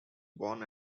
born